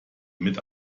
mit